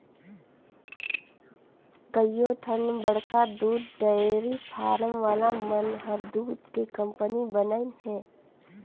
कयोठन बड़खा दूद डेयरी फारम वाला मन हर दूद के कंपनी बनाईंन हें